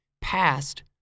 past